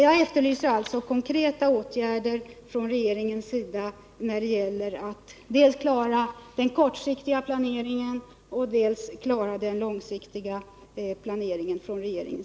Jag efterlyser alltså konkreta åtgärder från regeringens sida när det gäller att klara dels den kortsiktiga planeringen, dels den långsiktiga planeringen.